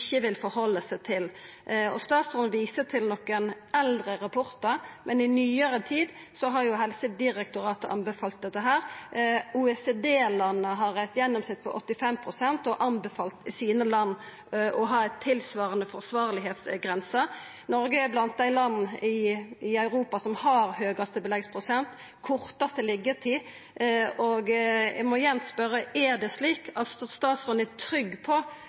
vil halda seg til. Statsråden viser til nokre eldre rapportar, men i nyare tid har Helsedirektoratet anbefalt dette. OECD-landa har eit gjennomsnitt på 85 pst. og har anbefalt sine land å ha ei tilsvarande grense for kva som er forsvarleg. Noreg er blant dei landa i Europa som har høgast beleggsprosent og kortast liggjetid. Eg må igjen spørja: Er statsråden trygg på at tilbodet er